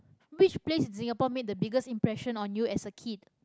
which place in Singapore made the biggest impression on you as a kid